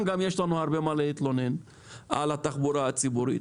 יש לנו הרבה מה להתלונן על התחבורה הציבורית,